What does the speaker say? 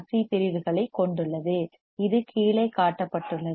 C RC பிரிவுகளைக் கொண்டுள்ளது இது கீழே காட்டப்பட்டுள்ளது